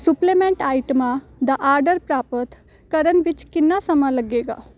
supplement ਆਈਟਮਾਂ ਦਾ order ਪ੍ਰਾਪਤ ਕਰਨ ਵਿੱਚ ਕਿੰਨਾ ਸਮਾਂ ਲੱਗੇਗਾ